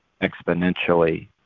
exponentially